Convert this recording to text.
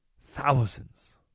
Thousands